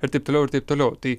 ir taip toliau ir taip toliau tai